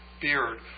Beard